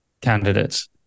candidates